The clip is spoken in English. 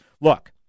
look